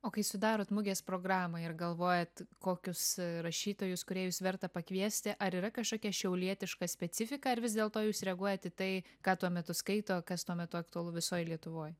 o kai sudarot mugės programą ir galvojat kokius rašytojus kūrėjus verta pakviesti ar yra kažkokia šiaulietiška specifika ar vis dėlto jūs reaguojat į tai ką tuo metu skaito kas tuo metu aktualu visoj lietuvoj